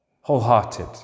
Wholehearted